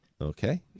Okay